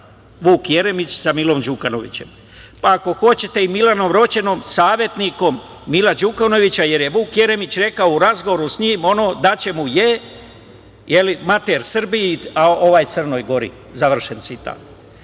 Vuk Jeremić sa Milom Đukanovićem, pa ako hoćete i Milanom Roćenom, savetnikom Mila Đukanovića, jer je Vuk Jeremić rekao u razgovoru sa njim da će mu je…, je li, mater Srbiji, a ovaj Crnoj Gori. Završen citat. Vidite